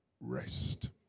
rest